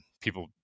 People